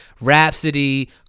Rhapsody